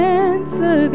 answer